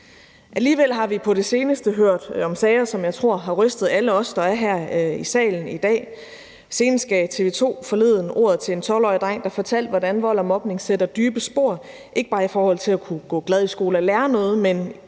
Alligevel har vi på det seneste hørt om sager, som jeg tror har rystet alle os, der er her i salen i dag. Senest gav TV 2 forleden ordet til en 12-årig dreng, der fortalte, hvordan vold og mobning sætter dybe spor, ikke bare i forhold til at kunne gå glad i skole og lære noget, men